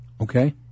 Okay